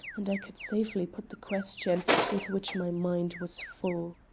and i could safely put the question with which my mind was full.